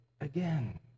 again